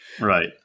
right